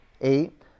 eight